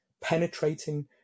penetrating